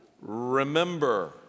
remember